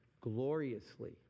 gloriously